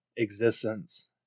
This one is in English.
existence